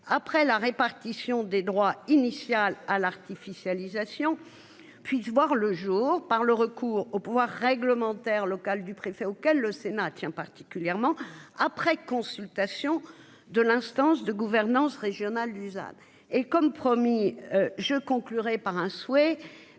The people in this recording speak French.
après la répartition des droits initial à l'artificialisation puisse voir le jour, par le recours au pouvoir réglementaire locale du préfet auquel le Sénat tient particulièrement après consultation de l'instance de gouvernance, régionale, usage et comme promis. Je conclurai par un souhait